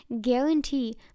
guarantee